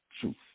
truth